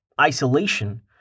isolation